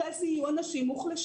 הרי אלה יהיו אנשים מוחלשים.